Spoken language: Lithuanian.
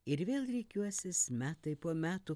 ir vėl rikiuosis metai po metų